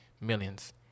millions